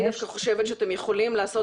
אני דווקא חושבת שאתם יכולים לעשות